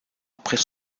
après